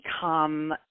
become